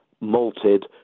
malted